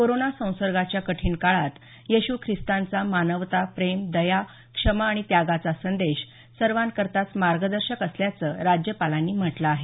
corona संसर्गाच्या कठीण काळात येशू खिस्तांचा मानवता प्रेम दया क्षमा आणि त्यागाचा संदेश सर्वांकरताच मार्गदर्शक असल्याचं राज्यपालांनी म्हटलं आहे